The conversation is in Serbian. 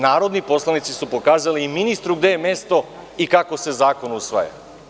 Narodni poslanici su pokazali i ministru gde je mesto i kako se zakon usvaja.